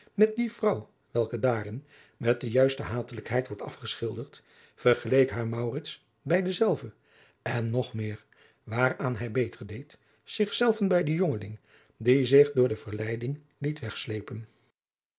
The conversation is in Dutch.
met die vrouw welke daarin met de juiste hatelijkheid wordt afgeschilderd vergeleek haar maurits bij dezelve en nog meer waaraan hij beter deed zichzelven bij den jongeling die zich door de verleiding liet wegslepen